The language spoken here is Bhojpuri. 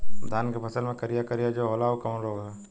धान के फसल मे करिया करिया जो होला ऊ कवन रोग ह?